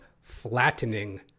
flattening